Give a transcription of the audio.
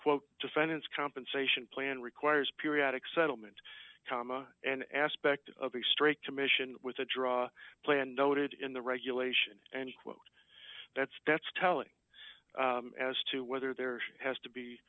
quote defendant's compensation plan requires periodic settlement cama an aspect of a straight commission with a draw plan noted in the regulation and what that's that's telling as to whether there has to be